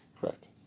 correct